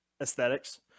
aesthetics